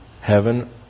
Heaven